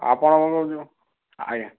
ଆପଣଙ୍କର ଯେଉଁ ଆଜ୍ଞା